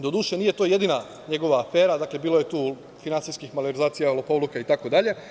Doduše, nije to jedina njegova afera, bilo je tu i finansijskih malverzacija, lopovluka itd.